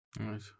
Right